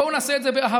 בואו נעשה את זה באהבה.